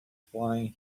flying